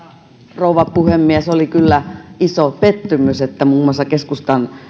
rouva puhemies oli kyllä iso pettymys että muun muassa keskustan